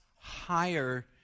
higher